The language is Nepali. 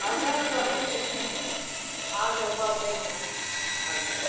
हजुर सबै छ एकदमै हजुर पर्दैन हजुर